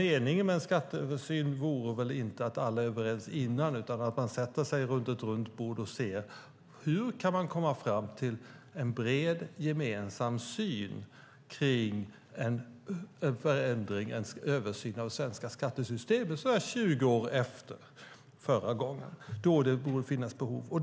Meningen med en skatteöversyn är väl inte att alla är överens innan utan att man sätter sig runt ett bord och ser hur man kan komma fram till en bred, gemensam överenskommelse när det gäller en översyn av det svenska skattesystemet. Så här 20 år efter förra gången borde det finnas ett behov av det.